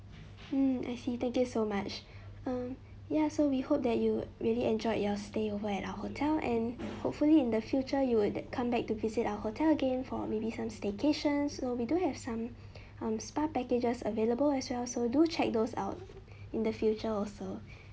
hmm I see thank you so much um ya so we hope that you really enjoyed your stay over at our hotel and hopefully in the future you would come back to visit our hotel again for maybe some staycations so we do have some um spa packages available as well so do check those out in the future also